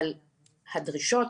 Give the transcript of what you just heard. אבל הדרישות